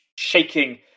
shaking